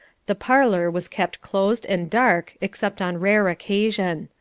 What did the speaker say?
the parlour was kept closed and dark, except on rare occasion.